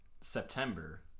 September